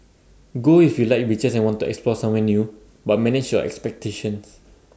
go if you like beaches and want to explore somewhere new but manage your expectations